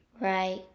Right